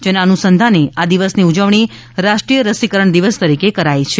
જેના અનુસંધાને આ દિવસ ની ઉજવણી રાષ્ટ્રીય રસીકરણ દિવસ તરીકે કરાય છે